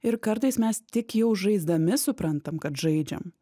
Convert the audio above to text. ir kartais mes tik jau žaisdami suprantam kad žaidžiam